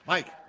Mike